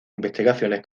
investigaciones